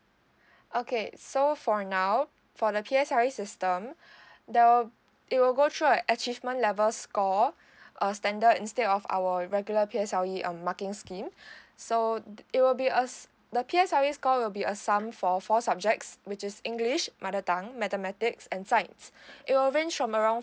okay so for now for the P_S_L_E system there'll it'll go through a achievement level score a standard instead of our regular P_S_L_E um marking scheme so it will be us the P_S_L_E score will be a sum for four subjects which is english mother tongue mathematics and science it will range from around